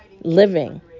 living